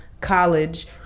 college